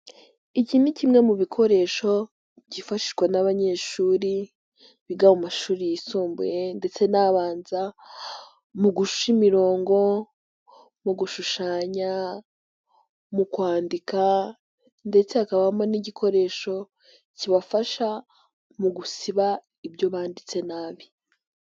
Iki ni kimwe mu bikoresho byifashishwa n'abanyeshuri biga mu mashuri yisumbuye ndetse n'abanza mu guca imirongo, mu gushushanya, mu kwandika ndetse hakabamo n'igikoresho kibafasha mu gusiba ibyo banditse nabi.